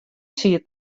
siet